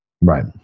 Right